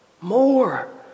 More